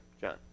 John